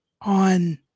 on